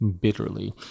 bitterly